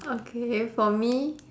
okay for me